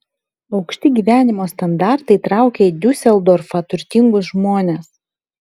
aukšti gyvenimo standartai traukia į diuseldorfą turtingus žmones